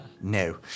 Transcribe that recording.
No